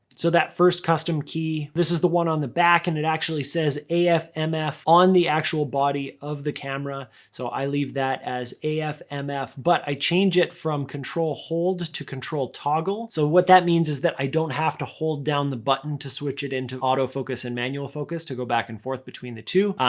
so that first custom key, this is the one on the back and it actually says af and mf on the actual body of the camera. so i leave that as af and mf, but i change it from control hold to control toggle. so what that means is that i don't have to hold down the button to switch it into autofocus and manual focus, to go back and forth between the two.